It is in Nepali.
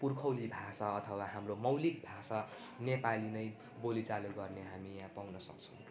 पुर्खोली भाषा अथवा हाम्रो मौलिक भाषा नेपाली नै बोलीचाली गर्ने हामी यहाँ पाउन सक्छौँ